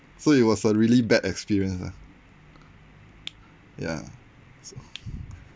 so it was a really bad experience ah ya so